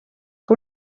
que